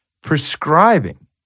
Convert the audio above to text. prescribing